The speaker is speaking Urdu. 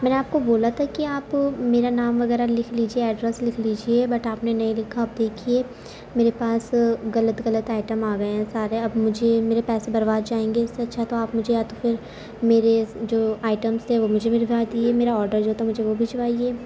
میں نے آپ کو بولا تھا کہ آپ میرا نام وغیرہ لکھ لیجیے ایڈریس لکھ لیجیے بٹ آپ نے نہیں لکھا اب دیکھیے میرے پاس غلط غلط آئٹم آ گئے ہیں سارے اب مجھے میرے پیسے برباد جائیں گے اس سے اچھا تو آپ مجھے یا تو پھر میرے جو آئٹمس تھے وہ مجھے بھجوا دیجیے میرا آرڈر جو تھا مجھے وہ بھجوائیے